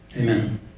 Amen